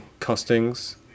costings